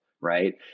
right